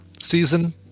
season